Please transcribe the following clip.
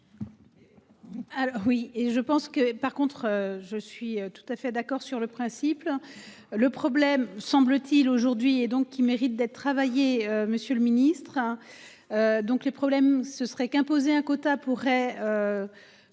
oui et je pense que par contre, je suis tout à fait d'accord sur le principe le le problème semble-t-il aujourd'hui et donc qui mérite d'être. Monsieur le ministre, hein. Donc le problème, ce serait qu'imposer un quota pourrait.